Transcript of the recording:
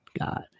God